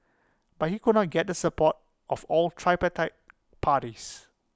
but he could not get the support of all tripartite parties